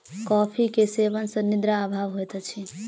coffee के सेवन सॅ निद्रा अभाव होइत अछि